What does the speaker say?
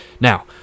Now